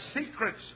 Secrets